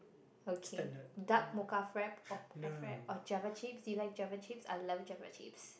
okay dark mocha frappe or mocha frappe or java chips do you like java chips I love java chips